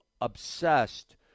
obsessed